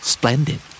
Splendid